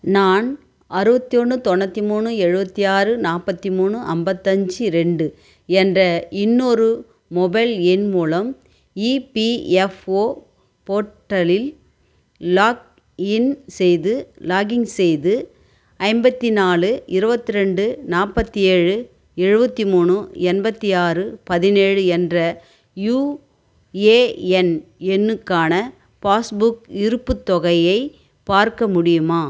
நான் அறுபத்தி ஒன்று தொண்ணூற்றி மூணு எழுபத்தி ஆறு நாற்பத்தி மூணு ஐம்பத்தஞ்சி ரெண்டு என்ற இன்னொரு மொபைல் எண் மூலம் இபிஎஃப்ஓ போர்ட்டலில் லாக்இன் செய்து லாகின் செய்து ஐம்பத்தி நாலு இருபத்ரெண்டு நாற்பத்தி ஏழு எழுபத்தி மூணு எண்பத்தி ஆறு பதினேழு என்ற யுஏஎன் எண்ணுக்கான பாஸ்புக் இருப்புத் தொகையை பார்க்க முடியுமா